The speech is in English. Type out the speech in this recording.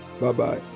Bye-bye